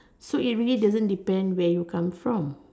so it really doesn't depend where you come from